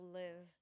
live